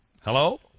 Hello